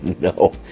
no